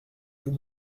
vous